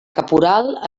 caporal